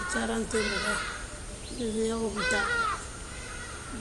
Uncálaŋ tibú kay mëëndíŋ yá opital,